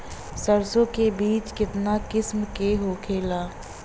सरसो के बिज कितना किस्म के होखे ला?